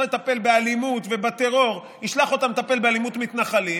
לטפל באלימות ובטרור ישלח אותם לטפל באלימות מתנחלים,